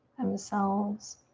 themselves.